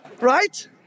right